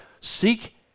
seek